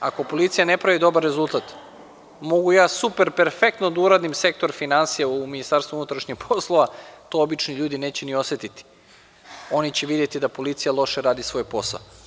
Ako policija ne pravi dobar rezultat, mogu ja super, perfektno da uradim sektor finansija u MUP, to obični ljudi neće ni osetiti, oni će videti da policija loše radi svoj posao.